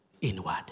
inward